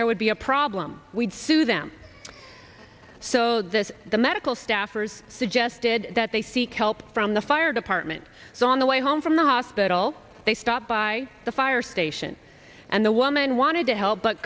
there would be a problem we'd sue them so this the medical staffers suggested that they seek help from the fire department so on the way home from the hospital they stopped by the fire station and the woman wanted to help but